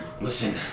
Listen